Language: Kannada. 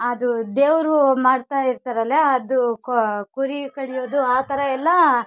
ಅದು ದೇವರು ಮಾಡ್ತಾಯಿರ್ತಾರಲ್ಲ ಅದು ಕುರಿ ಕಡಿಯೋದು ಆ ಥರ ಎಲ್ಲ